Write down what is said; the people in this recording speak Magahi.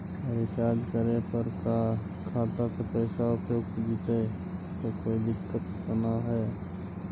रीचार्ज करे पर का खाता से पैसा उपयुक्त जितै तो कोई दिक्कत तो ना है?